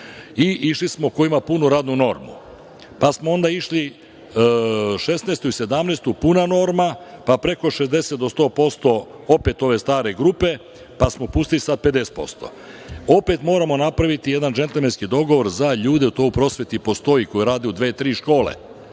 prema tome ko ima punu radnu normu. Išli smo onda 2016. i 2017. godinu puna norma, pa preko 60 do 100% opet ove stare grupe, pa smo pustili sada 50%. Opet moramo napraviti jedan džentlmenski dogovor za ljude, to u prosveti postoji, koji rade u dve, tri škole,